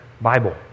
Bible